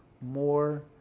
more